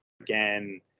again